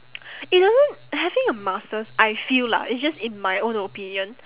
it doesn't having a master's I feel lah it's just in my own opinion